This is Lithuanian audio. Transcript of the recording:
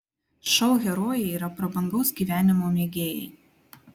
šou herojai yra prabangaus gyvenimo mėgėjai